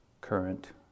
current